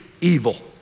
evil